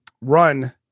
run